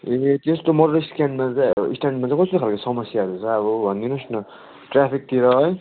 ए त्यस्तो मोटर स्ट्यान्डमा चाहिँ अब स्ट्यान्डमा चाहिँ कस्तो खालको समस्याहरू छ अब भनिदिनुहोस् न ट्राफिकतिर है